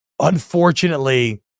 Unfortunately